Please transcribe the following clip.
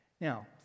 Now